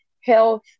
health